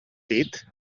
dit